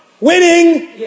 Winning